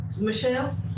Michelle